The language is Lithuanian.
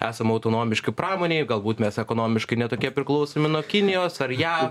esam autonomiški pramonėj galbūt mes ekonomiškai ne tokie priklausomi nuo kinijos ar ja